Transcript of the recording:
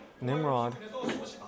Nimrod